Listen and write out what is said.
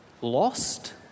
lost